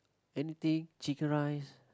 anything chicken rice